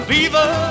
Beaver